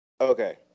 Okay